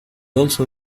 also